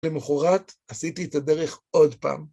למחרת, עשיתי את הדרך עוד פעם.